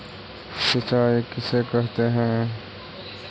सिंचाई किसे कहते हैं?